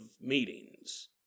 meetings